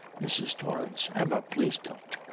mrs. torrance. emma, please, don't.